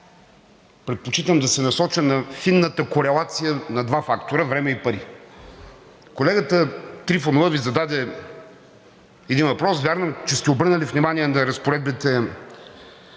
предпочитам да се насоча на фината корелация на два фактора – време и пари. Колегата Трифонова Ви зададе един въпрос – вярно ли е, че сте обърнали внимание на разпоредбите